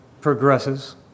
progresses